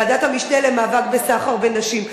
ועדת המשנה למאבק בסחר בנשים.